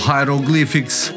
Hieroglyphics